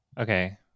Okay